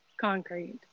concrete